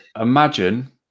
imagine